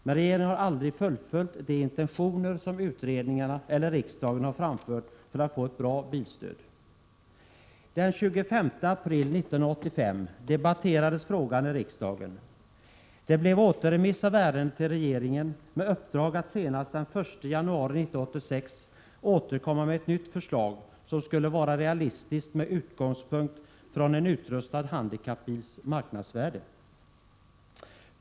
Men regeringen har aldrig fullföljt de intentioner som utredningarna eller riksdagen har framfört för att få ett bra bilstöd. Den 25 april 1985 debatterades frågan i riksdagen. Det blev återremiss av ärendet till regeringen med uppdrag att senast den 1 januari 1986 återkomma med ett nytt förslag, som skulle vara realistiskt med utgångspunkt från en utrustad handikappbils marknadsvärde.